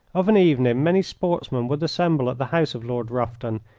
of an evening many sportsmen would assemble at the house of lord rufton,